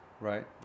right